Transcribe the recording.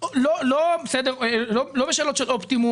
לא בשאלות של אופטימום,